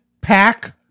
pack